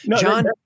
John